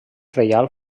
reial